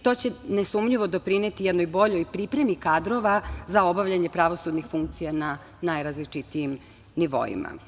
To će nesumnjivo doprineti jednoj boljoj pripremi kadrova za obavljanje pravosudnih funkcija na najrazličitijim nivoima.